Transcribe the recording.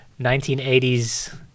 1980s –